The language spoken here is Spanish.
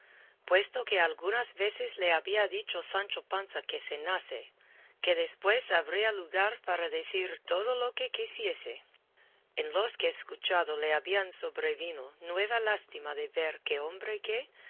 puesto que algunas veces le había dicho sancho panza que cenase que después habría lugar para decir todo lo que quisiese en los que escuchado le habían sobrevino nueva lástima de ver que hombre que